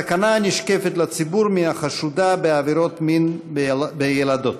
הסכנה הנשקפת לציבור מחשודה בעבירות מין בילדות.